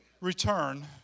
return